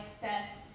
death